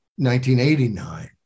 1989